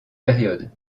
période